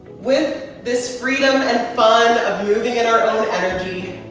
with this freedom and fun of moving in our own energy.